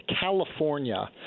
California